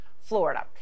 Florida